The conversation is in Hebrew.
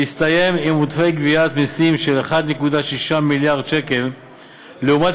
שהסתיים עם עודפי גביית מסים של 1.6 מיליארד ש"ח לעומת